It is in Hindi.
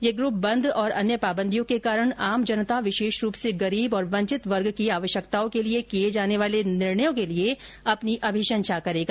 यह ग्रूप बंद और अन्य पाबन्दियों के कारण आम जनता विशेष रूप से गरीब और वंचित वर्ग की आश्यकताओं के लिए किए जाने वाले निर्णयों के लिए अपनी अभिशंषा करेगा